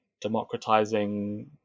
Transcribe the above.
democratizing